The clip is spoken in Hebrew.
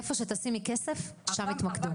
איפה שתשימי כסף שם יתמקדו.